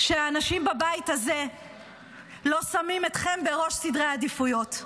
שהאנשים בבית הזה לא שמים אתכם בראש סדרי העדיפויות,